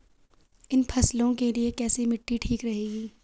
इन फसलों के लिए कैसी मिट्टी ठीक रहेगी?